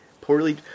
Poorly